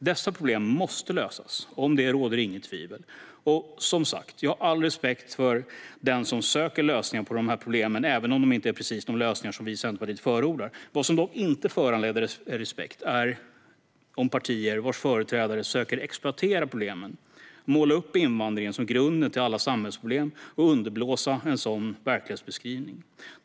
Dessa problem måste lösas - om det råder inget tvivel - och jag har som sagt all respekt för dem som söker lösningar på dessa problem även om det inte är precis de lösningar som vi i Centerpartiet förordar. Vad som inte föranleder respekt är de partier vars företrädare söker exploatera problemen, måla upp invandringen som grunden till alla samhällsproblem och underblåsa en sådan verklighetsbeskrivning.